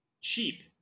cheap